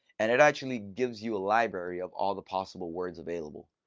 and it actually gives you a library of all the possible words available.